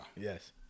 Yes